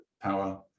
power